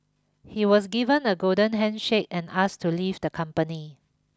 he was given a golden handshake and asked to leave the company